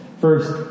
First